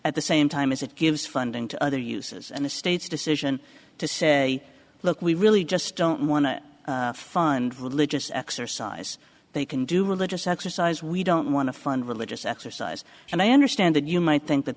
at the same time as it gives funding to other uses and the state's decision to say look we really just don't want to fund religious exercise they can do religious exercise we don't want to fund religious exercise and i understand that you might think that